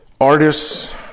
Artists